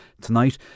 Tonight